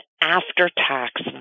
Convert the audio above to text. after-tax